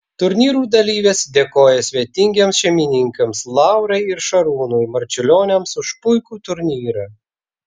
turnyrų dalyvės dėkojo svetingiems šeimininkams laurai ir šarūnui marčiulioniams už puikų turnyrą